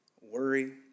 worry